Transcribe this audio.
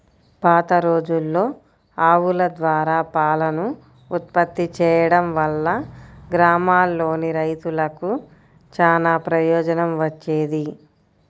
పాతరోజుల్లో ఆవుల ద్వారా పాలను ఉత్పత్తి చేయడం వల్ల గ్రామాల్లోని రైతులకు చానా ప్రయోజనం వచ్చేది